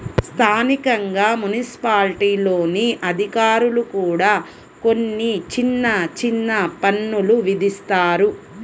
స్థానికంగా మున్సిపాలిటీల్లోని అధికారులు కూడా కొన్ని చిన్న చిన్న పన్నులు విధిస్తారు